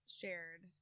shared